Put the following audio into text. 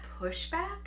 pushback